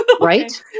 Right